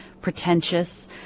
pretentious